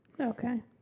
Okay